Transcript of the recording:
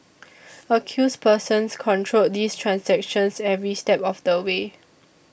accused persons controlled these transactions every step of the way